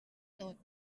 tot